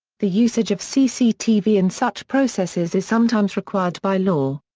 the usage of cctv in such processes is sometimes required by law.